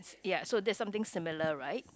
ya so that's something similar right